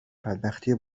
بدبختی